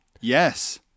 Yes